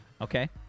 Okay